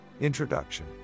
Introduction